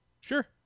Sure